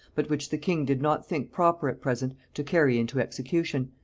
but which the king did not think proper at present to carry into execution,